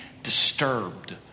disturbed